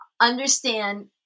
understand